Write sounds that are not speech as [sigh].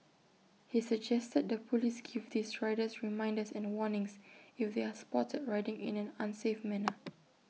he suggested the Police give these riders reminders and warnings if they are spotted riding in an unsafe manner [noise]